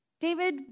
David